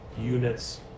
units